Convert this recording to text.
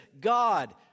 God